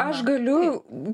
aš galiu